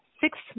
six